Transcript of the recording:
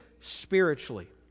spiritually